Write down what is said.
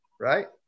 Right